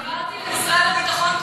העברתי למשרד הביטחון,